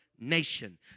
Nation